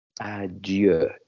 adieu